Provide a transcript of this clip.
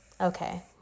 okay